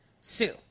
sue